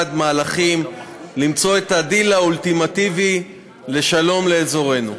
מיוחד מהלכים למצוא את הדיל האולטימטיבי לשלום באזורנו.